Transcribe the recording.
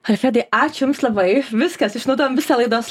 alfredai ačiū jums labai viskas išnaudojame visą laidos